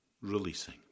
releasing